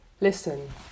listen